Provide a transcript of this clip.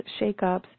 shakeups